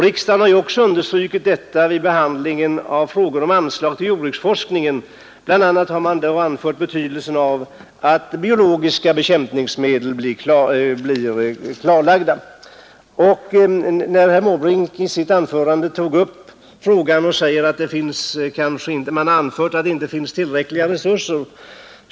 Riksdagen har också understrukit detta vid behandlingen av frågan om anslag till jordbruksforskningen — bl.a. har anförts betydelsen av att biologiska bekämpningsmöjligheter blir klarlagda. Herr Måbrink tog i sitt anförande upp frågan och sade att man har anfört att det inte finns tillräckliga resurser.